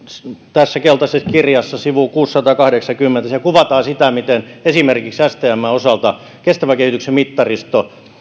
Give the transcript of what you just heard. tässä keltaisessa kirjassa sivu kuusisataakahdeksankymmentä kuvataan sitä miten esimerkiksi stmn osalta kestävän kehityksen mittaristo